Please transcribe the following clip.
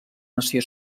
nació